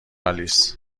آلیس